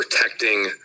protecting